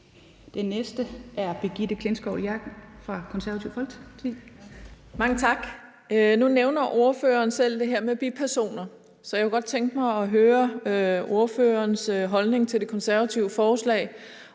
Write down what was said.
Kl. 11:35 Brigitte Klintskov Jerkel (KF): Mange tak. Nu nævner ordføreren selv det her med bipersoner, så jeg kunne godt tænke mig at høre ordførerens holdning til det konservative forslag